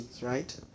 right